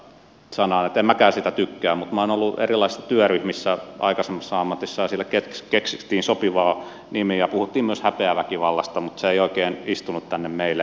en minäkään siitä tykkää mutta minä olen ollut erilaisissa työryhmissä aikaisemmassa ammatissa ja siellä keksittiin sopivaa nimeä ja puhuttiin myös häpeäväkivallasta mutta se ei oikein istunut tänne meille